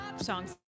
songs